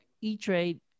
E-Trade